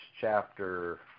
chapter